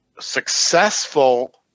successful